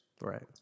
Right